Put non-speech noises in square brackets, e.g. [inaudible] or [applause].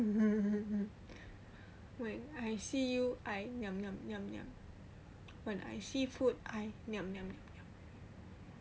[noise] like I see you I niam niam niam niam when I see food I niam niam niam niam